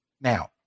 Now